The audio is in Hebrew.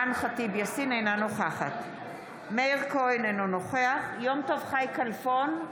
אינה נוכחת מאיר כהן, אינו נוכח יום טוב חי כלפון,